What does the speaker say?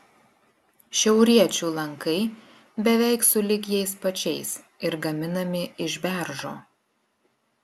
šiauriečių lankai beveik sulig jais pačiais ir gaminami iš beržo